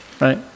right